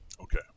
Okay